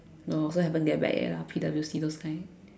no so haven't get back yet ah P_W_C those kind